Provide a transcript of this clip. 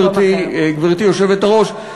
גברתי היושבת-ראש.